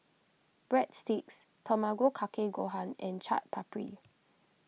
Breadsticks Tamago Kake Gohan and Chaat Papri